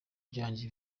byanjye